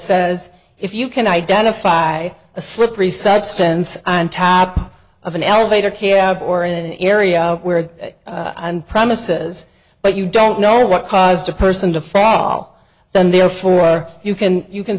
says if you can identify a slippery substance on top of an elevator care or in an area where premises but you don't know what caused a person to fall then therefore you can you can